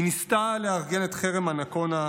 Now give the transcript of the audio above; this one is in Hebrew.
היא ניסתה לארגן את חרם אנקונה.